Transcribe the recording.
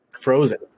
frozen